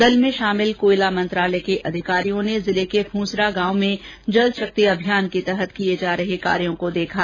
दल में शामिल कोयला मंत्रालय र्क अधिकारियों ने बारा जिले के फूंसरा गांव में जल शक्ति अभियान के तहत किए जा रहे कार्यों को देखा